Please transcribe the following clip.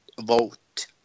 vote